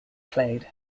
played